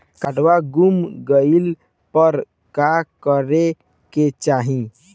काडवा गुमा गइला पर का करेके चाहीं?